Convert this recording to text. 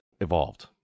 evolved